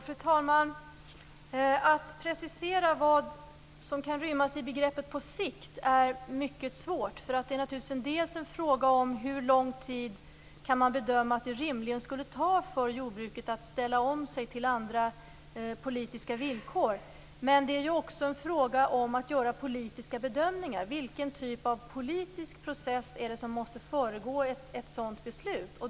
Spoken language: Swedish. Fru talman! Att precisera vad som kan rymmas i begreppet "på sikt" är mycket svårt. Det är naturligtvis delvis en fråga om hur lång tid det rimligen kan bedömas ta för jordbruket att ställa om sig till andra politiska villkor. Men det är också en fråga om politiska bedömningar: Vilken typ av politisk process måste föregå ett sådant beslut?